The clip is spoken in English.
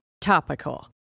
topical